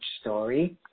story